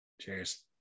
Cheers